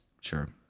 Sure